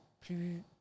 plus